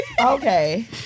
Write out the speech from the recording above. okay